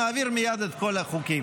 נעביר מייד את כל החוקים.